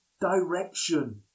direction